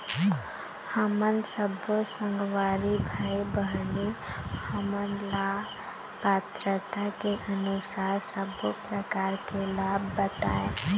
हमन सब्बो संगवारी भाई बहिनी हमन ला पात्रता के अनुसार सब्बो प्रकार के लाभ बताए?